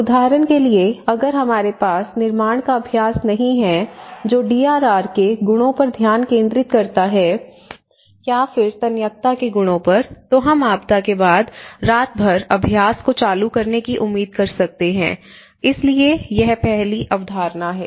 उदाहरण के लिए अगर हमारे पास निर्माण का अभ्यास नहीं है जो डी आर आर के गुणों पर ध्यान केंद्रित करता है या फिर तन्यता के गुणों पर तो हम आपदा के बाद रात भर अभ्यास को चालू करने की उम्मीद कर सकते हैं इसलिए यह पहली अवधारणा है